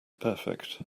perfect